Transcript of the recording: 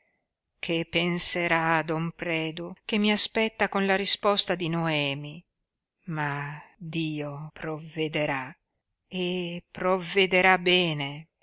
che penserà don predu che mi aspetta con la risposta di noemi ma dio provvederà e provvederà bene